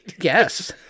Yes